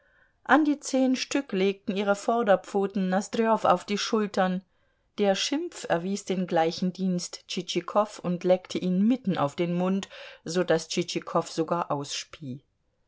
an die zehn stück legten ihre vorderpfoten nosdrjow auf die schultern der schimpf erwies den gleichen dienst tschitschikow und leckte ihn mitten auf den mund so daß tschitschikow sogar